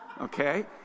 okay